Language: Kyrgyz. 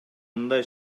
мындай